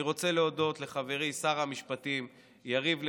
אני רוצה להודות לחברי שר המשפטים יריב לוין,